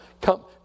Come